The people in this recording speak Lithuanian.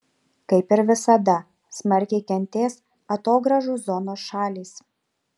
kaip ir visada smarkiai kentės atogrąžų zonos šalys